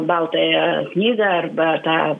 baltąją knygą arba tą